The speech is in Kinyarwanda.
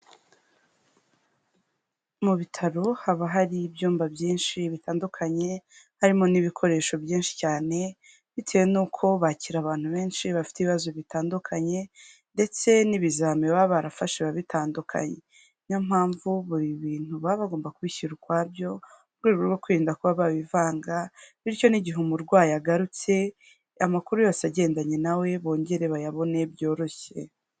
Mu bitaro haba hari ibyumba byinshi bitandukanye harimo n'ibikoresho byinshi cyane, bitewe n'uko bakira abantu benshi bafite ibibazo bitandukanye, ndetse n'ibizami baba barafashe ababitandukanye, niyo mpamvu buri bintu baba bagomba kubishyira ukwabyo mu rwego rwo kwirinda kuba babivanga, bityo n'igihe umurwayi agarutse amakuru yose agendanye na we bongere bayabone byoroshye.